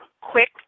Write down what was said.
quick